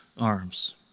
arms